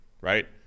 right